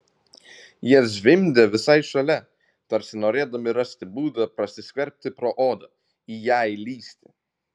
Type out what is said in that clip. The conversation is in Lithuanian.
jie zvimbė visai šalia tarsi norėdami rasti būdą prasiskverbti pro odą į ją įlįsti